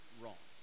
wrong